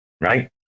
right